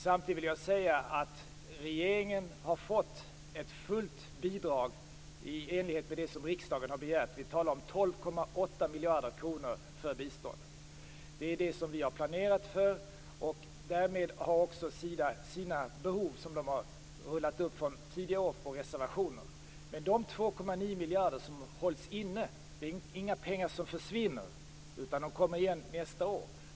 Samtidigt vill jag säga att regeringen har fått fullt bidrag i enlighet med det som riksdagen har begärt. Vi talar om 12,8 miljarder kronor för biståndet. Det är det vi har planerat för. Därmed har också Sida sina behov som de har rullat upp från tidigare år i fråga om reservationer. De 2,9 miljarder som hålls inne är inga pengar som försvinner. De kommer igen nästa år.